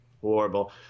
horrible